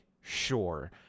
Sure